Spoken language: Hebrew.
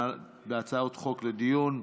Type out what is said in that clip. בהצעות חוק לדיון.